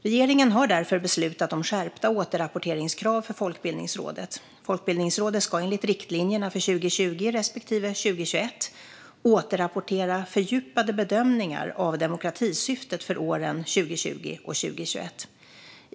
Regeringen har därför beslutat om skärpta återrapporteringskrav för Folkbildningsrådet. Folkbildningsrådet ska enligt riktlinjerna för 2020 respektive 2021 återrapportera fördjupade bedömningar av demokratisyftet för åren 2020 och 2021.